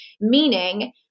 meaning